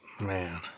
Man